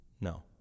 No